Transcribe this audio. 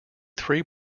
three